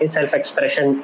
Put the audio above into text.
Self-expression